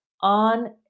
on